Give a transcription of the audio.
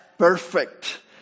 perfect